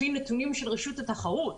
לפי נתונים של רשות התחרות,